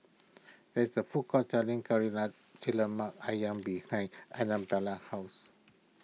there is a food court selling Lari Lemak Ayam behind Anabella's house